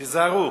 תיזהרו.